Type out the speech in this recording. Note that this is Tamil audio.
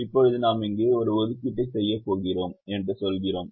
இப்போது நாம் இங்கே ஒரு ஒதுக்கீட்டை செய்யப் போகிறோம் என்று சொல்கிறோம்